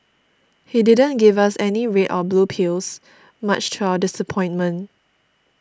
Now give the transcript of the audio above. he didn't give us any red or blue pills much to our disappointment